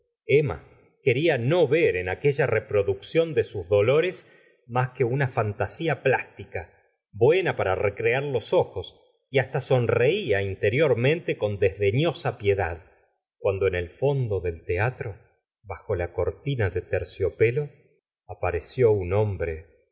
emma quería no ver en aquella reproducción de sus dolores más que una fantasía plástica buena para recrear los ojos y hasta sonreía interiormente con desdeñosa piedad cuando en el fondo del teatro bajo la cortina de terciopelo apareció un homlre